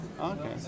Okay